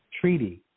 treaty